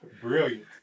Brilliant